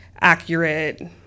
accurate